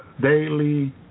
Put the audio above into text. daily